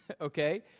Okay